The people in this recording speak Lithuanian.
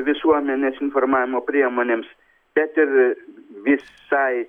visuomenės informavimo priemonėms bet ir visai